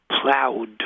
plowed